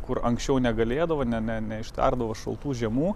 kur anksčiau negalėdavo ne ne neištardavo šaltų žiemų